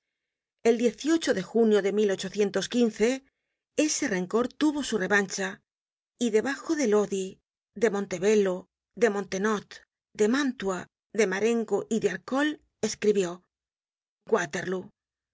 el genio eh de junio de ese rencor tuvo su revancha y debajo de lodi de montebello de montenotte demántua de marengo y de arcole escribió waterlóo